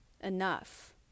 enough